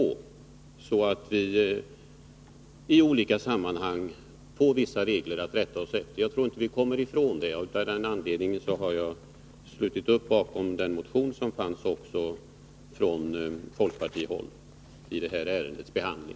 Vi måste i olika sammanhang ha vissa regler att rätta oss efter. Därför har jag slutit upp bakom den motion som fanns också från folkpartihåll vid detta ärendes behandling.